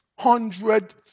Hundred